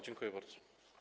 Dziękuję bardzo.